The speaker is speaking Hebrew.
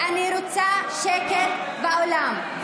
אני רוצה שקט באולם.